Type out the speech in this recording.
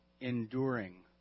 enduring